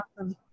awesome